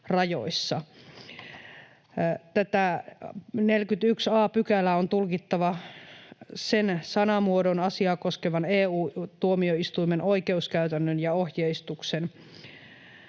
Tätä 41 a §:ää on tulkittava sen sanamuodon, asiaa koskevan EU:n tuomioistuimen oikeuskäytännön ja ohjeistuksen